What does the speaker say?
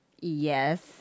Yes